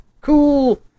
Cool